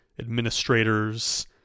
administrators